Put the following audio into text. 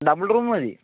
double room മതി